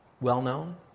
well-known